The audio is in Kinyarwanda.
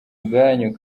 bwanyu